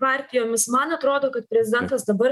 partijomis man atrodo kad prezidentas dabar